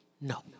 No